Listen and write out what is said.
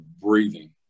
breathing